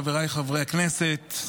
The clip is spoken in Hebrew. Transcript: חבריי חברי הכנסת,